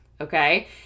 okay